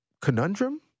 conundrum